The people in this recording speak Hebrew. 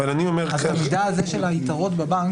אבל אני אומר --- המידע הזה של היתרות בבנק,